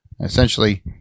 Essentially